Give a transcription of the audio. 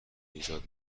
ایجاد